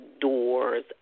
doors